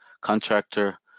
contractor